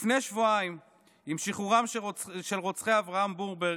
לפני שבועיים, עם שחרורם של רוצחי אברהם ברומברג,